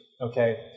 Okay